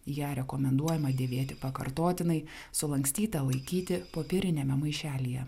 ją rekomenduojama dėvėti pakartotinai sulankstytą laikyti popieriniame maišelyje